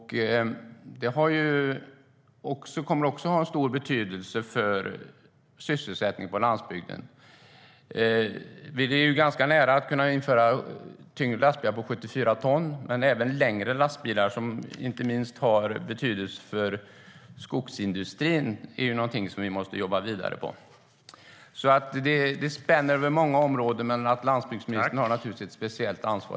Det kommer att ha stor betydelse för sysselsättningen på landsbygden. Vi är ganska nära att kunna införa tyngre lastbilar på 74 ton. Men även längre lastbilar, som inte minst har betydelse för skogsindustrin, är någonting som vi måste jobba vidare på. Detta spänner över många områden, men landsbygdsministern har naturligtvis ett speciellt ansvar.